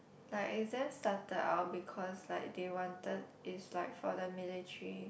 like exams started I will because like I didn't wanted it's like for the military